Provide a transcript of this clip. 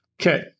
Okay